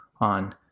on